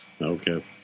Okay